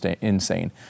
insane